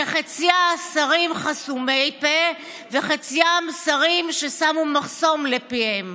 שחציים שרים חסומי פה וחציים שרים ששמו מחסום לפיהם.